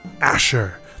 Asher